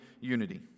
unity